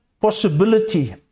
possibility